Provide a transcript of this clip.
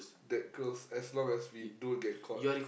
that close as long as we don't get caught